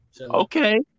okay